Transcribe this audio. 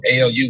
ALU